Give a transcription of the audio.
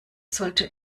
sollte